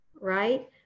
right